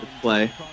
play